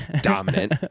dominant